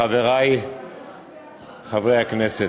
חברי חברי הכנסת,